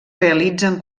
realitzen